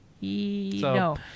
no